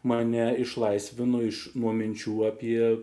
mane išlaisvino iš nuo minčių apie